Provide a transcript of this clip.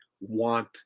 want